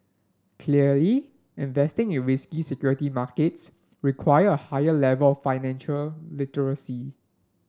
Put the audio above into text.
clearly investing in risky security markets require a higher level of financial literacy